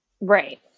Right